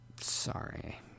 sorry